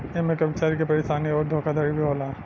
ऐमे कर्मचारी के परेशानी अउर धोखाधड़ी भी होला